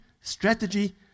strategy